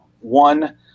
one